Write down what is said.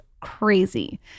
crazy